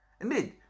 Indeed